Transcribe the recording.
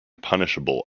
punishable